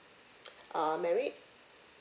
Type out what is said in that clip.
uh married